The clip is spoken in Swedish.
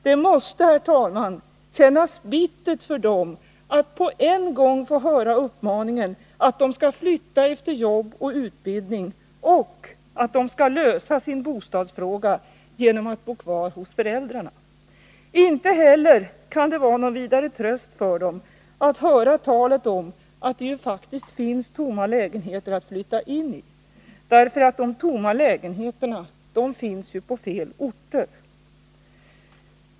Det måste, herr talman, kännas bittert för dem att på en gång få höra uppmaningen att de skall flytta efter jobb och utbildning, och att de skall lösa sin bostadsfråga genom att bo kvar hos föräldrarna. Inte heller kan det vara någon vidare tröst för dem att höra talet om att det ju faktiskt finns tomma lägenheter att flytta in i. De tomma lägenheterna finns ju på fel orter.